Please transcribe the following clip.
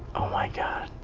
oh, my god.